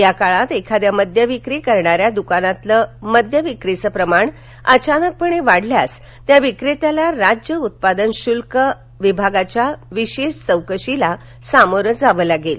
या काळात एखाद्या मद्य विक्री करणाऱ्या द्कानातील मद्य विक्रीचं प्रमाण अचानकपणे वाढल्यास त्या विक्रेत्याला राज्य उत्पादन शुल्क विभागाच्या विशेष चौकशीला सामोरं जावं लागेल